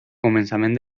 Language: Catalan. començament